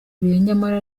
nyamara